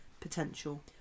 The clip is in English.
potential